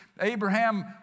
Abraham